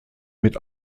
mit